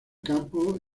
campo